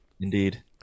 indeed